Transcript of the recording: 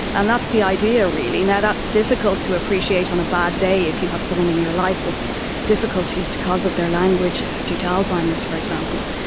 and that's the idea really. that's difficult to appreciate on a bad day if you have someone in your life with difficulties because of their language, ah due to alzheimer's for example.